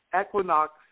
equinox